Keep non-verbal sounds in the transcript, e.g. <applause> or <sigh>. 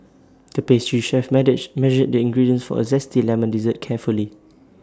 the pastry chef <unintelligible> measured the ingredients for A Zesty Lemon Dessert carefully